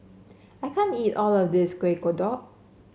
I can't eat all of this Kuih Kodok